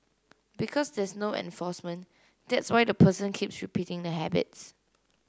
because there's no enforcement that's why the person keeps repeating the habits